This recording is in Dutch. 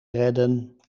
redden